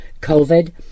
COVID